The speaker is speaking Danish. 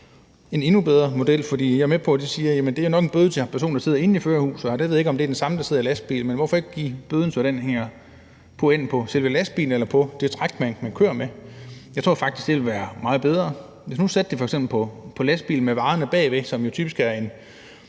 en endnu bedre model. Jeg er med på, at man siger, at det er en bøde til den, der sidder i førerhuset, og jeg ved ikke, om det er den samme person, der sidder i lastbilen, men hvorfor ikke give bøden på en måde, så den er lagt på selve lastbilen eller det træk, man kører med? Jeg tror faktisk, det ville være meget bedre. Man kunne f.eks. sætte det på lastbilen med varerne bagved, for det er jo